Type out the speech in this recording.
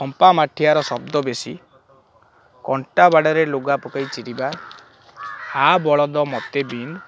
ଫମ୍ପା ମାଠିଆର ଶବ୍ଦ ବେଶୀ କଣ୍ଟା ବାଡ଼ରେ ଲୁଗା ପକେଇ ଚିରିବା ଆ ବଳଦ ମତେ ବିନ୍